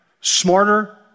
smarter